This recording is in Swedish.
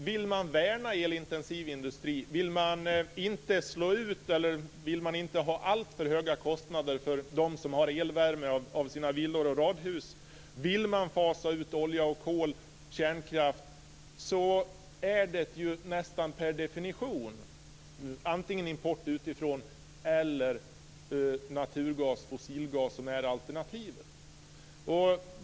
Vill man värna den elintensiva industrin, vill man inte slå ut den, vill man inte ha alltför höga kostnader för dem som har elvärme i sina villor och radhus och vill man fasa ut olja, kol och kärnkraft så är det nästan per definition antingen import utifrån eller naturgas, fossilgas, som är alternativet.